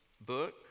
book